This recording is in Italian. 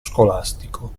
scolastico